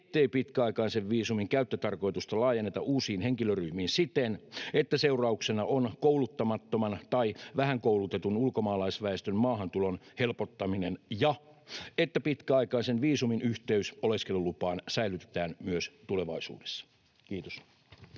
ettei pitkäaikaisen viisumin käyttötarkoitusta laajenneta uusiin henkilöryhmiin siten, että seurauksena on kouluttamattoman tai vähän koulutetun ulkomaalaisväestön maahantulon helpottuminen, ja että pitkäaikaisen viisumin yhteys oleskelulupaan säilytetään myös tulevaisuudessa.” — Kiitos.